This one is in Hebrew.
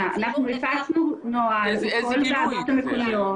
אנחנו הפצנו נוהל לכל הוועדות המקומיות.